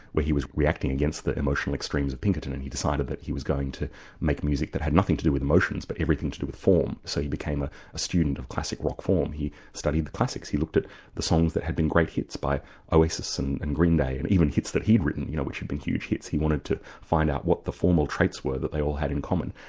where he was reacting against the emotional extremes of pinkerton, and decided that he was going to make music that had nothing to do with emotions, but everything to do with form. so he became a ah student of classic rock form. he studied the classics, he looked at the songs that had been great hits by oasis and and green day and even hits that he'd written, you know which had been huge hits, he wanted to find out what the formal traits were that they all had in common.